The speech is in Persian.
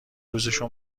روزشو